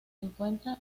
encuentra